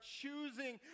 choosing